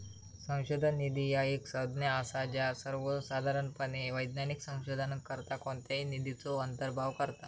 संशोधन निधी ह्या एक संज्ञा असा ज्या सर्वोसाधारणपणे वैज्ञानिक संशोधनाकरता कोणत्याही निधीचो अंतर्भाव करता